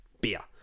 beer